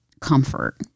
comfort